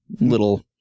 little